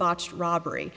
box rob very